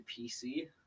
PC